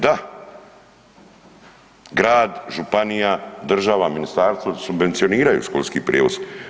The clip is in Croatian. Da, grad, županija, država, ministarstvo subvencioniraju školski prijevoz.